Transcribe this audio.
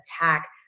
attack